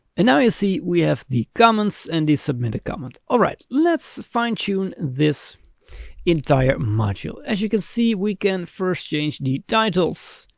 and now you'll see we have the comments and the submitted comments. all right, let's fine tune this entire module. as you can see, we can first change the titles.